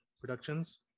Productions